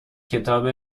کتاب